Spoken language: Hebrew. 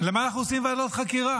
למה אנחנו עושים ועדת חקירה?